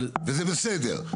וזה בסדר.